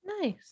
nice